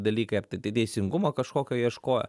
dalykai ar tai teisingumo kažkokio ieškojo